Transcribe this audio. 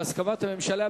בהסכמת הממשלה,